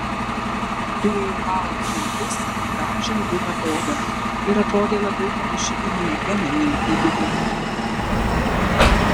turėjo baltus dantis ir gražią rudą odą ir atrodė labiau panaši į manekenę nei į bibliotekininkę